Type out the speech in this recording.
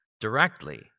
directly